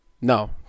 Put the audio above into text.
No